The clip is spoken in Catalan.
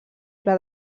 pla